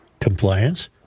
compliance